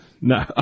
No